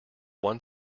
one